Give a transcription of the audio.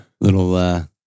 little